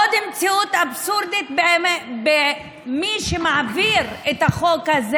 עוד מציאות אבסורדית, מי שמעביר את החוק הזה: